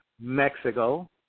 Mexico